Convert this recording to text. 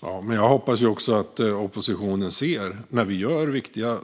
Fru talman! Jag hoppas också att oppositionen ser när vi gör